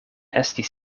estis